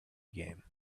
game